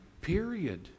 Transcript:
period